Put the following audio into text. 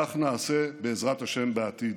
כך נעשה בעזרת השם בעתיד.